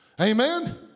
Amen